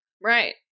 Right